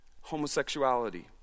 homosexuality